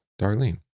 Darlene